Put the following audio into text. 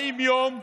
40 יום,